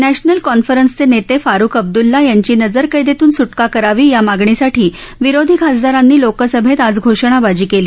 national कॉन्फरन्सचे नेते फारुक अब्दुल्ला यांची नजरकैदेतून सुटका करावी या मागणीसाठी विरोधी खासदारांनी लोकसभैत आज घोषणाबाजी केली